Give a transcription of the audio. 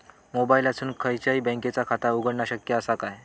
मोबाईलातसून खयच्याई बँकेचा खाता उघडणा शक्य असा काय?